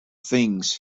things